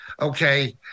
Okay